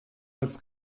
als